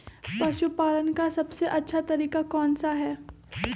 पशु पालन का सबसे अच्छा तरीका कौन सा हैँ?